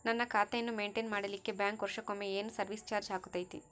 ನನ್ನ ಖಾತೆಯನ್ನು ಮೆಂಟೇನ್ ಮಾಡಿಲಿಕ್ಕೆ ಬ್ಯಾಂಕ್ ವರ್ಷಕೊಮ್ಮೆ ಏನು ಸರ್ವೇಸ್ ಚಾರ್ಜು ಹಾಕತೈತಿ?